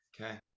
okay